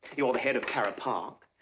you the head para park.